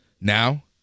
Now